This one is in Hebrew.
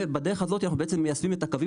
ובדרך הזאת אנחנו בעצם מיישמים את הקווים